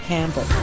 Campbell